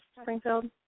Springfield